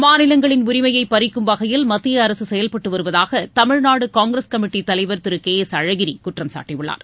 மாநிலங்களின் உரிமையை பறிக்கும் வகையில் மத்திய அரசு செயல்பட்டு வருவதாக தமிழ்நாடு காங்கிரஸ் கமிட்ட தலைவர் திரு கே எஸ் அழகிரி குற்றம் சாட்டியுள்ளார்